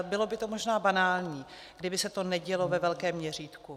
Bylo by to možná banální, kdyby se to nedělo ve velkém měřítku.